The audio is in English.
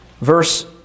verse